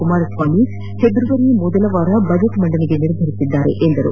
Kumaraswamy February ಮೊದಲ ವಾರ budget ಮಂಡನೆಗೆ ನಿರ್ಧರಿಸಿದ್ದಾರೆ ಎಂದು ಹೇಳಿದರು